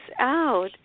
out